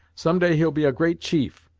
some day he'll be a great chief,